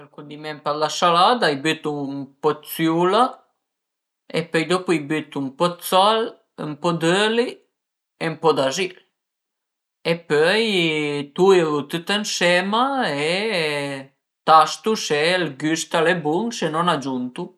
Ël cundiment për la salada a i bütu ën po dë siula e pöi dopu a i bütu ën po d'sal, ën po d'öli e ën po d'azil e pöi tuiru tüt ënsema e tastu s'ël güst al e bun, së no n'agiuntu